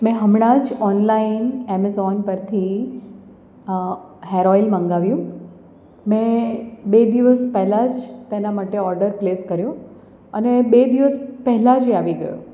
મેં હમણાં જ ઓનલાઈન એમેઝોન પરથી હેર ઓઇલ મંગાવ્યું મેં બે દિવસ પહેલાં જ તેના માટે ઓડર પ્લેસ કર્યો અને બે દિવસ પહેલાં જ એ આવી ગયો